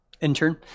intern